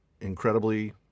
incredibly